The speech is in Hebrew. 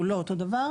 הוא לא אותו דבר.